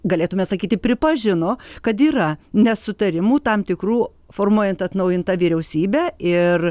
galėtume sakyti pripažino kad yra nesutarimų tam tikrų formuojant atnaujintą vyriausybę ir